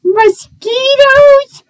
mosquitoes